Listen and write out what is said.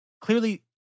Clearly